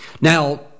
Now